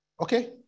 Okay